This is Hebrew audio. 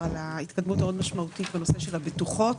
על ההתקדמות המאוד משמעותית בנושא הבטוחות,